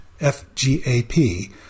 FGAP